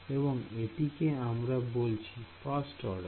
এবং এটিকে আমরা বলছি ফাস্ট অর্ডার